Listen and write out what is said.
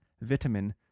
vitamin